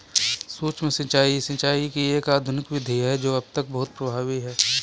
सूक्ष्म सिंचाई, सिंचाई की एक आधुनिक विधि है जो अब तक बहुत प्रभावी है